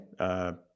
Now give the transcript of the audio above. Okay